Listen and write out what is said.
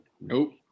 Nope